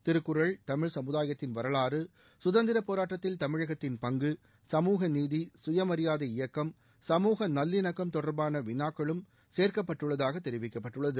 திருக்குறள் தமிழ் சமுதாயத்தின் வரலாறு சுதந்திர போராட்டத்தில் தமிழகத்தின் பங்கு சமூக நீதி சுய மரியாதை இயக்கம் சமூக நல்லிணக்கம் தொடர்பான விநாக்களும் சேர்க்கப்பட்டுள்ளதாக தெரிவிக்கப்பட்டுள்ளது